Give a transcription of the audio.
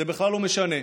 זה בכלל לא משנה.